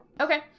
Okay